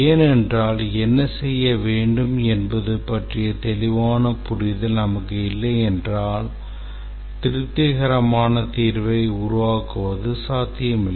ஏனென்றால் என்ன செய்ய வேண்டும் என்பது பற்றிய தெளிவான புரிதல் நமக்கு இல்லையென்றால் திருப்திகரமான தீர்வை உருவாக்குவது சாத்தியமில்லை